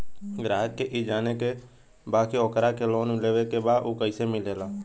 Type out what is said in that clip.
ग्राहक के ई जाने के बा की ओकरा के लोन लेवे के बा ऊ कैसे मिलेला?